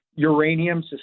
Uranium